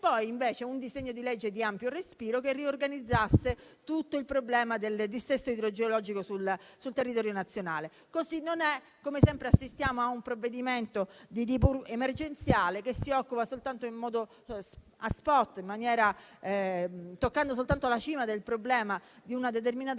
aspettata un disegno di legge di ampio respiro che organizzasse tutto il problema del dissesto idrogeologico sul territorio nazionale. Ma così non è e, come sempre, assistiamo a un provvedimento di tipo emergenziale e soltanto a interventi *spot*, che toccano soltanto la cima del problema che riguarda una determinata